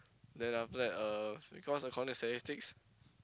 the after that uh because according to statistics